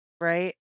right